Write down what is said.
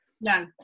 No